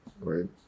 right